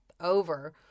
over